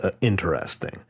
interesting